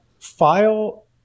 file